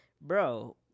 bro